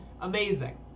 amazing